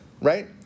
right